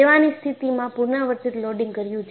સેવાની સ્થિતિમાં પુનરાવર્તિત લોડિંગ કર્યું છે